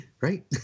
Right